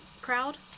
Crowd